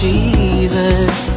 Jesus